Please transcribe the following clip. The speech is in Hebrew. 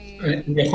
אני יכול